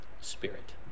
spirit